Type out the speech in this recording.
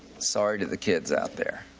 sorry to the kids out there.